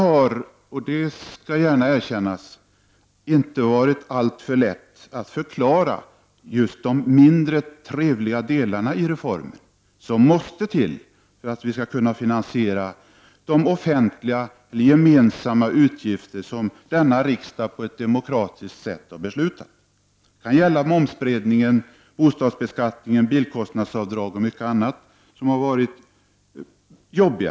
Jag skall gärna erkänna att det inte har varit alltför lätt att förklara just de mindre trevliga delarna i reformen, som ju också måste finnas med om vi skall kunna finansiera de offentliga, gemensamma, utgifter som riksdagen på ett demokratiskt sätt har beslutat om. Det kan gälla momsbreddningen, bostadsbeskattningen, bilkostnadsavdrag och mycket annat som har varit jobbigt.